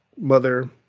mother